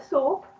Soap